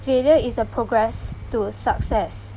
failure is a progress to success